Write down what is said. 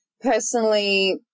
Personally